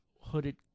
hooded